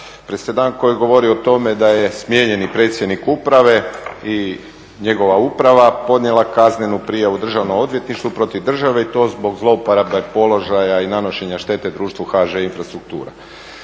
presedan koji govori o tome da je smijenjeni predsjednik uprave i njegova uprava podnijela kaznenu prijavu državnom odvjetništvu protiv države i to zbog zlouporabe položaja i nanošenja štete društvu HŽ infrastruktura.